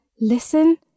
listen